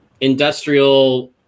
industrial